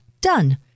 Done